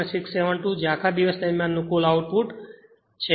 672 છે જે આખા દિવસ દરમિયાન કુલ આઉટપુટ છે